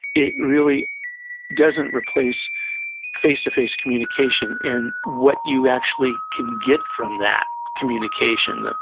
it really doesn't replace face-to-face communication and what you actually can get from that communication,